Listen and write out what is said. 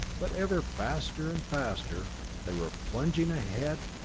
but ever faster and faster they were plunging ahead,